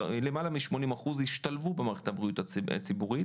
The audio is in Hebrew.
למעלה מ80% השתלבו במערכת הבריאות הציבורית